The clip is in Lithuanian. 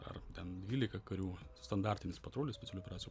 ar ten dvylika karių standartinis patrulis specialių operacijų